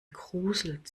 gruselt